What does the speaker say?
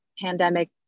pandemic